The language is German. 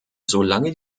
solange